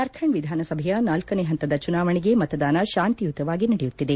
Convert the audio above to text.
ಜಾರ್ಖಂಡ್ ವಿಧಾನಸಭೆಯ ನಾಲ್ಲನೇ ಹಂತದ ಚುನಾವಣೆಗೆ ಮತದಾನ ಶಾಂತಿಯುತವಾಗಿ ನಡೆಯುತ್ತಿದೆ